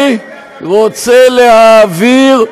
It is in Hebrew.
אני רוצה להעביר,